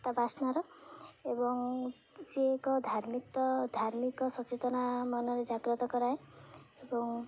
ତା ବାସ୍ନାର ଏବଂ ସିଏ ଏକ ଧାର୍ମିକ ଧାର୍ମିକ ସଚେତନା ମନରେ ଜାଗ୍ରତ କରାଏ ଏବଂ